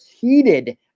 heated